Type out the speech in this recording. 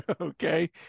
Okay